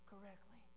correctly